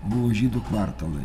buvo žydų kvartalai